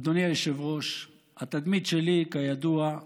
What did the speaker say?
אדוני היושב-ראש, כידוע,